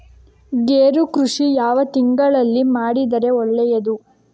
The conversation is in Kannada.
ಗೇರು ಕೃಷಿ ಯಾವ ತಿಂಗಳಲ್ಲಿ ಮಾಡಿದರೆ ಒಳ್ಳೆಯದು?